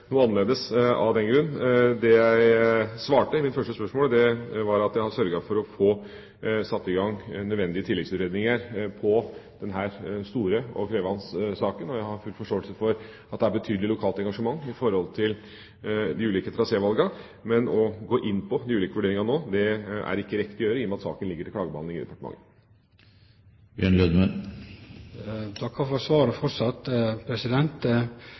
annerledes av den grunn. Det jeg svarte på det første spørsmålet, var at jeg har sørget for å få satt i gang nødvendige tilleggsutredninger i denne store og krevende saken. Jeg har full forståelse for at det er et betydelig lokalt engasjement i forbindelse med de ulike trasévalgene, men det er ikke riktig å gå inn på de ulike vurderingene nå, i og med at saken ligger til klagebehandling i departementet. Eg takkar òg for dette svaret.